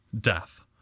death